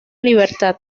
libertad